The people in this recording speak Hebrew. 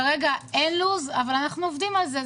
כרגע אין לו"ז אבל אנחנו עובדים על זה.